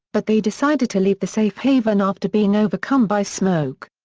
but they decided to leave the safe haven after being overcome by smoke.